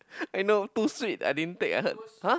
I know too sweet I didn't take I heard !huh!